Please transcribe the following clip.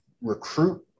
recruit